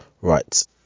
Right